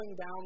down